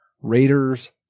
Raiders